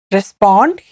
Respond